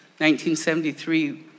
1973